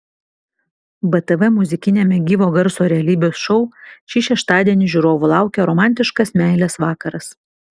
btv muzikiniame gyvo garso realybės šou šį šeštadienį žiūrovų laukia romantiškas meilės vakaras